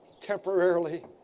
temporarily